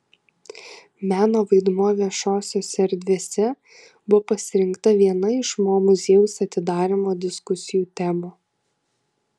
meno vaidmuo viešosiose erdvėse buvo pasirinkta viena iš mo muziejaus atidarymo diskusijų temų